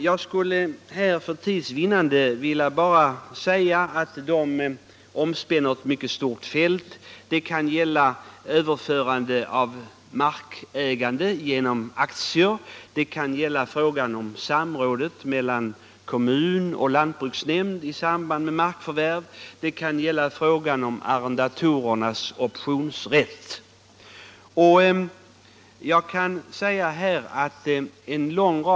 Jag skulle för tids vinnande bara vilja säga att motionerna omspänner ett mycket stort fält, t.ex. införande av markägande genom aktier, samråd mellan kommun och lantbruksnämnd i samband med markförvärv och arrendatorers optionsrätt.